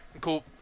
cool